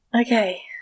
Okay